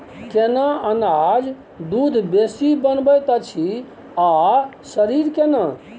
केना अनाज दूध बेसी बनबैत अछि आ शरीर केना?